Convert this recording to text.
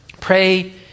Pray